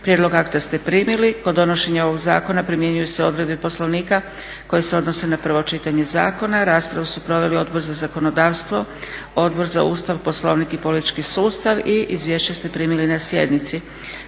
Prijedlog akta ste primili. Kod donošenja ovog Zakona primjenjuju se odredbe Poslovnika koje se odnose na prvo čitanje Zakona. Raspravu su proveli Odbor za zakonodavstvo, Odbor za Ustav, Poslovnik i politički sustav. I izvješća ste primili na sjednici.